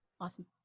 Awesome